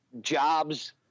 jobs